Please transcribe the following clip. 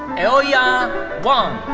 aoya wang.